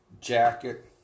jacket